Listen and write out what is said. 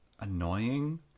annoying